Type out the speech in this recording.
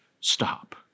stop